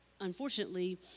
unfortunately